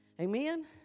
Amen